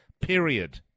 period